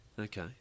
Okay